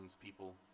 people